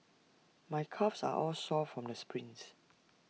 my calves are all sore from the sprints